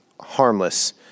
harmless